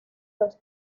los